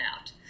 out